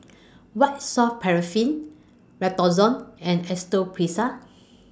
White Soft Paraffin Redoxon and